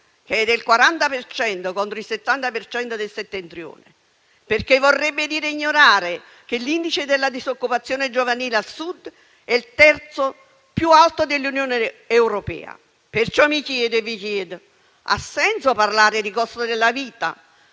per cento, contro il 70 per cento del Settentrione. E ancora, vorrebbe dire ignorare che l'indice della disoccupazione giovanile al Sud è il terzo più alto dell'Unione europea. Perciò mi chiedo e vi chiedo: ha senso parlare di costo della vita,